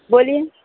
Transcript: بولیے